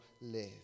live